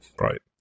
Right